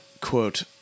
quote